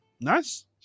Nice